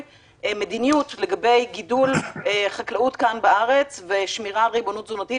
מדיניות לגבי גידול חקלאות כאן בארץ ושמירה על הריבונות התזונתית